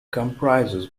comprises